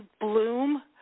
bloom